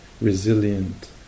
resilient